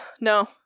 No